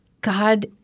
God